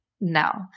No